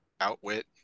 outwit